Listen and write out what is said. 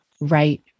Right